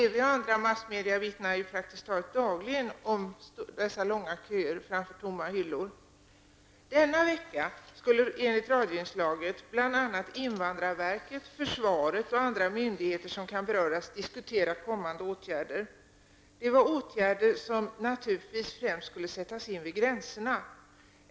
TV och andra massmedia vittnar praktiskt taget dagligen om långa köer framför tomma hyllor. invandrarverket, försvaret och andra myndigheter som kan beröras diskutera kommande åtgärder. Dessa åtgärder skulle naturligtvis sättas in främst vid gränserna.